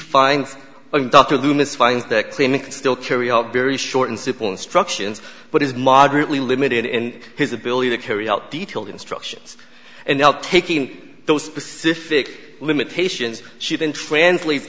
the clinic still carry out very short and simple instructions but is moderately limited in his ability to carry out detailed instructions and help taking those specific limitations she didn't translate